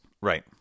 Right